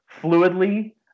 fluidly